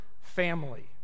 family